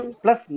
plus